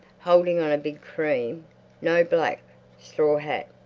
holding on a big cream no, black straw hat.